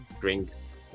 drinks